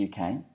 UK